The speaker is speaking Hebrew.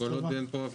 כל עוד אין פה אף אחד.